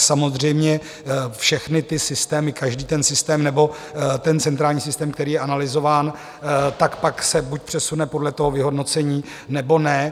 Samozřejmě všechny ty systémy, každý ten systém nebo centrální systém, který je analyzován, pak se buď přesune podle toho vyhodnocení, nebo ne.